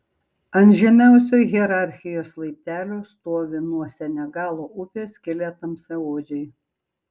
ant žemiausio hierarchijos laiptelio stovi nuo senegalo upės kilę tamsiaodžiai